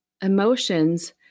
Emotions